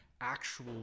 actual